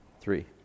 Three